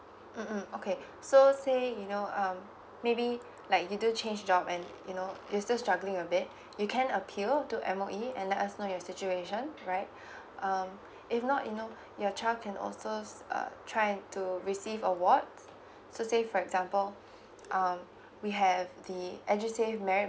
mm mm okay so say you know um maybe like you do change job and you know you are still struggling a bit you can appeal to M_O_E and let us know your situation right um if not you know your child can also uh try to receive awards so say for example um we have the edusave merit